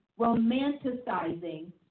romanticizing